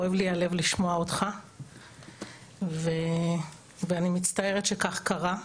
כואב לי הלב לשמוע אותך ואני מצטערת שכך קרה.